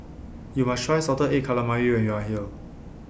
YOU must Try Salted Egg Calamari when YOU Are here